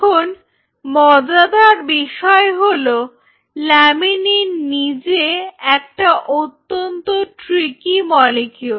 এখন মজাদার বিষয় হল ল্যামিনিন নিজে একটা অত্যন্ত ট্রিকি মলিকিউল